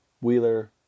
Wheeler